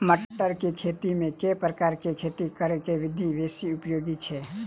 मटर केँ खेती मे केँ प्रकार केँ खेती करऽ केँ विधि बेसी उपयोगी छै?